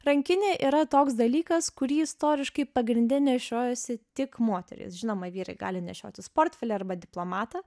rankinė yra toks dalykas kurį istoriškai pagrinde nešiojasi tik moterys žinoma vyrai gali nešiotis portfelį arba diplomatą